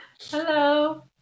Hello